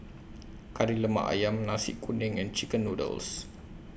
Kari Lemak Ayam Nasi Kuning and Chicken Noodles